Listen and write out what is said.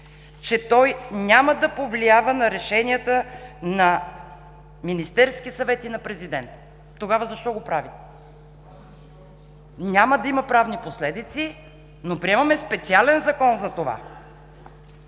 че той няма да повлиява на решенията на Министерския съвет и на президента. Тогава защо го правите? Няма да има правни последици, но приемаме специален закон за това.